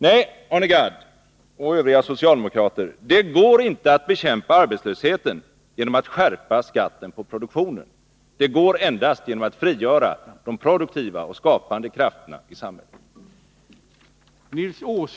Nej; Arne Gadd och övriga socialdemokrater, det går inte att bekämpa arbetslösheten genom att skärpa beskattningen av produktionen. Det går endast genom att man frigör de produktiva och skapande krafterna i samhället.